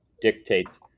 dictates